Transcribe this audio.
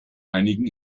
einigen